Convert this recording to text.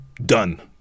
done